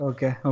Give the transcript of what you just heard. Okay